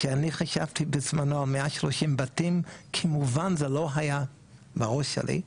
כשאני חשבתי בזמנו 130 בתים כמובן זה לא היה בראש שלי,